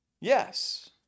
Yes